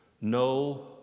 No